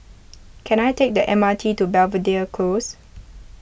can I take the M R T to Belvedere Close